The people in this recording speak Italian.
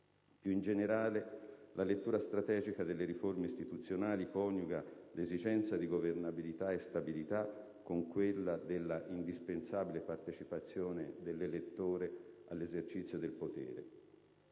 Più in generale, la lettura strategica delle riforme istituzionali coniuga l'esigenza di governabilità e stabilità con quella della indispensabile partecipazione dell'elettore all'esercizio del potere.